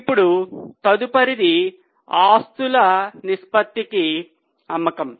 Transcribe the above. ఇప్పుడు తదుపరిది ఆస్తుల నిష్పత్తికి అమ్మకం